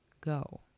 go